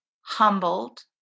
humbled